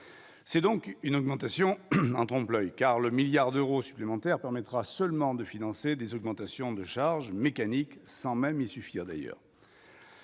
c'est donc une augmentation en trompe-l oeil car le milliard d'euros supplémentaires permettra seulement de financer des augmentations de charges mécanique sans même il suffirait d'ailleurs